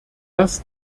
dass